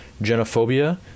Genophobia